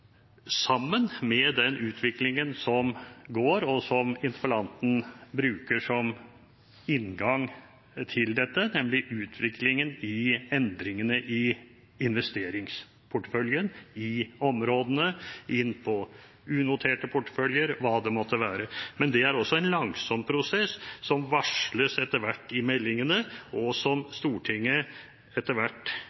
sammen med den utviklingen som går, og som interpellanten bruker som inngang til dette, nemlig utviklingen i endringene i investeringsporteføljen i områdene inn på unoterte porteføljer og hva det måtte være. Men det er også en langsom prosess som varsles etter hvert i meldingene, og som Stortinget etter hvert